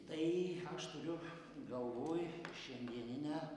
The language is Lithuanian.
tai aš turiu galvoj šiandieninę